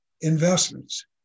investments